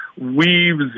weaves